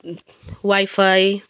wifi